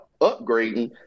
upgrading